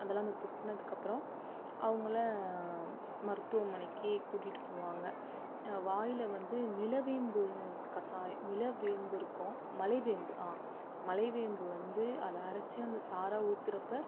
அதெல்லாம் அந்த துப்புனத்துக்கப்பறம் அவங்கள மருத்துவமனைக்கு கூட்டிட்டு போவாங்க வாயில் வந்து நிலவேம்பு கசாய் நிலவேம்பு இருக்கும் மலைவேம்பு ஆ மலைவேம்பு வந்து அதை அரைச்சி அந்த சாரை ஊத்துறப்போ